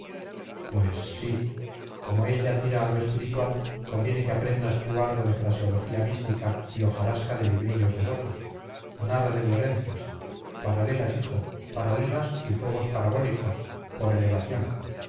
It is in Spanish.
pues sí como ella tira a lo espiritual conviene que aprendas tú algo de fraseología mística y hojarasca de librillos devotos nada de violencias paralelas hijo paralelas y fuegos parabólicos por elevación